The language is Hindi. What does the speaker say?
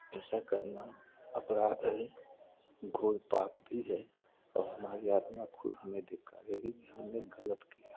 ऐसा करना अपराध है घोर पाप भी है और हमारी आत्मा खुद हमें धिक्कारेगी कि हमने गलत किया